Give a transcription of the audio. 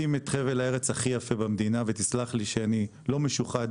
אני לא ביקשתי להגיע?